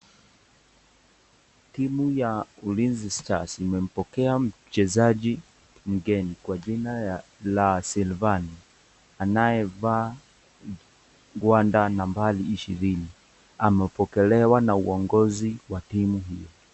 Timu ya Ulinzi Star's imempokea mchezaji mgeni kwa jina ya Lasilvani anayevaa gwanda nambari ishirini amepokelewa na uongozi wa timu hii.